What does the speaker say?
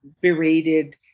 berated